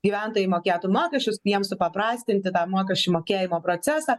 gyventojai mokėtų mokesčius tai jiems supaprastinti tą mokesčių mokėjimo procesą